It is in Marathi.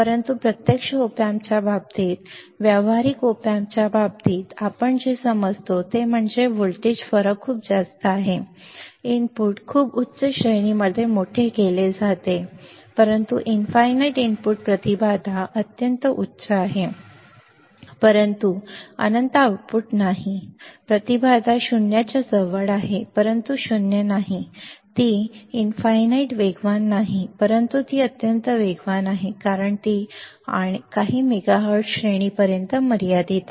परंतु प्रत्यक्ष op amp च्या बाबतीत व्यावहारिक op amp च्या बाबतीत आपण जे समजतो ते म्हणजे व्होल्टेज फरक खूप जास्त आहे इनपुट खूप उच्च श्रेणीमध्ये मोठे केले जाते परंतु अनंत इनपुट प्रतिबाधा अत्यंत उच्च आहे परंतु अनंत आउटपुट नाही प्रतिबाधा शून्याच्या जवळ आहे परंतु शून्य नाही ती अनंत वेगवान नाही परंतु ती अत्यंत वेगवान आहे आणि ती काही मेगाहर्ट्झ श्रेणीपर्यंत मर्यादित आहे